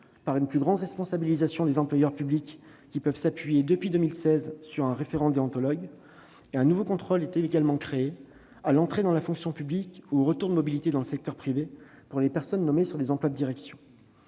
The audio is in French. par une plus grande responsabilisation des employeurs publics, qui peuvent s'appuyer, depuis 2016, sur un référent déontologue. Un nouveau contrôle est également mis en place, à l'entrée dans la fonction publique ou au retour de mobilité dans le secteur privé, pour les personnes nommées à des emplois de direction.